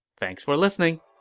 thanks for listening!